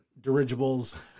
dirigibles